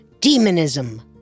Demonism